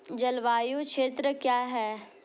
जलवायु क्षेत्र क्या है?